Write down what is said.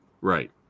right